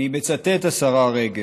אני מצטט, השרה רגב: